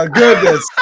goodness